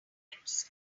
eclipse